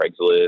Craigslist